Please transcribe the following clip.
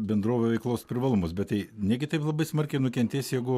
bendrovių veiklos privalumus bet tai negi taip labai smarkiai nukentės jeigu